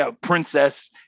Princess